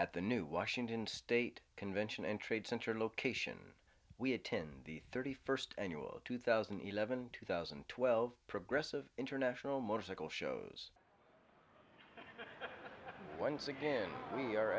at the new washington state convention and trade center location we attend the thirty first annual two thousand and eleven two thousand and twelve progressive international motorcycle shows once again we are